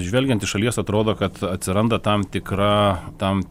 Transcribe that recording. žvelgiant iš šalies atrodo kad atsiranda tam tikra tam